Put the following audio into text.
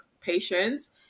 patience